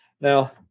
Now